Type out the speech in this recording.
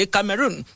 Cameroon